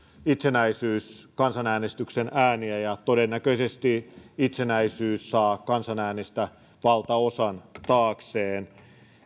itsenäisyyskansanäänestyksen ääniä ja todennäköisesti itsenäisyys saa kansan äänistä valtaosan taakseen